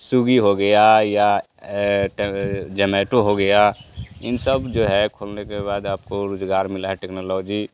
Swiggy हो गया या टम जमेटो हो गया इन सब जो है खुलने के बाद आपको रोज़गार मिला है टेक्नोलॉजी